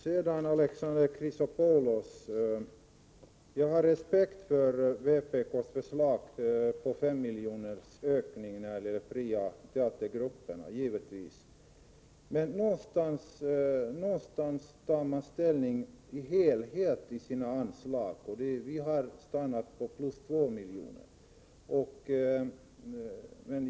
Till Alexander Chrisopoulos vill jag säga att jag givetvis har respekt för vpk:s förslag på 5 miljoners ökning när det gäller de fria teatergrupperna. Men någonstans tar man ställning till helheten i sina anslag, och vi har stannat på plus 2 miljoner.